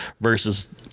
versus